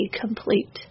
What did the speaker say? complete